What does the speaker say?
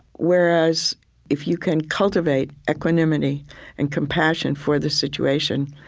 whereas if you can cultivate equanimity and compassion for the situation,